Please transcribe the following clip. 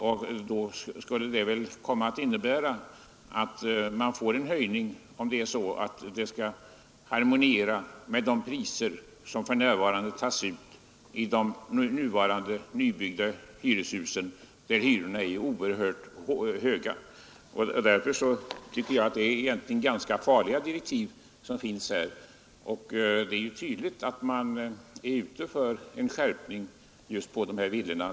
Det skulle väl komma att innebära att det genomdrivs en höjning för villorna och egnahemmen om kostnaderna skall harmoniera med de priser som för närvarande tas ut i de nybyggda hyreshusen, där hyrorna är oerhört höga. Därför tycker jag att det egentligen är ganska farliga direktiv. Det är tydligt att man är ute efter en skärpning för villorna.